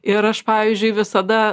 ir aš pavyzdžiui visada